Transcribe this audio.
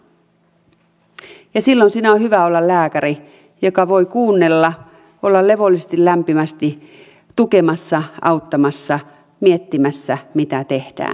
silloin siinä on hyvä olla lääkäri joka voi kuunnella olla levollisesti lämpimästi tukemassa auttamassa miettimässä mitä tehdään